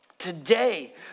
today